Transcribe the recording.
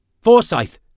Forsyth